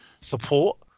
support